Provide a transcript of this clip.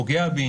פוגע בי,